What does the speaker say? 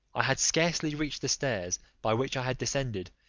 i had scarcely reached the stairs by which i had descended,